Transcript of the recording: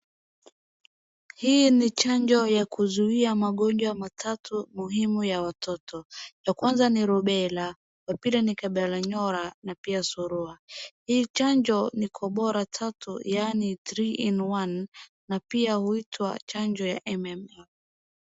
Hii ni chanjo ya kuzuia magonjwa matatu ,muhimu ya watoto.ya kwanza ni rubela, ya pili ni kabaranyora na pia surua. Hii chanjo ni kombora tatu yani Three in one na pia huitwa chanjo ya MMR.